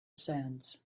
sands